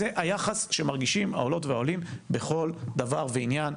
זה היחס שמרגישים העולות והעולים בכל דבר ועניין,